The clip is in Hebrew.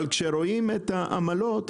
אבל כשרואים את העמלות,